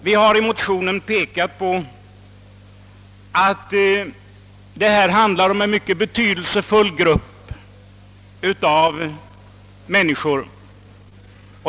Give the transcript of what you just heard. Vi har i motionen pekat på att det här rör sig om en mycket betydelsefull grupp av människor.